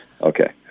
Okay